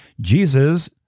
Jesus